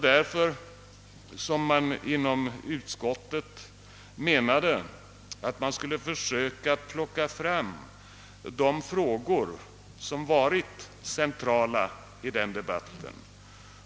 Därför menade utskottet att man skulle försöka plocka fram de frågor som varit centrala i denna debatt.